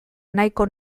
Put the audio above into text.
nahiko